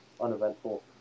uneventful